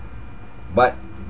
but